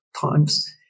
times